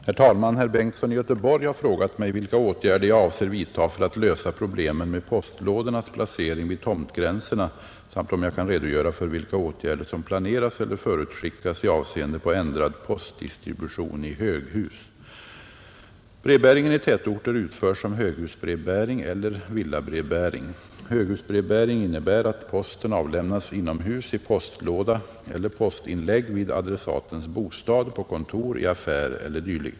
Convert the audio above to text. Herr talman! Herr Bengtsson i Göteborg har frågat mig vilka åtgärder jag avser vidta för att lösa problemen med postlådornas placering vid tomtgränserna samt om jag kan redogöra för vilka åtgärder som planeras eller förutskickas i avseende på ändrad postdistribution i höghus. Brevbäringen i tätorter utförs som höghusbrevbäring eller villabrevbäring. Höghusbrevbäring innebär att posten avlämnas inomhus i postlåda eller postinlägg vid adressatens bostad, på kontor, i affär e. d.